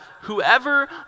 whoever